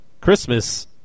Christmas